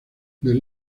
del